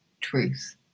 truth